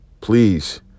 Please